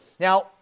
Now